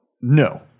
no